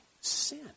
Sin